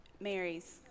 Mary's